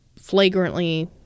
flagrantly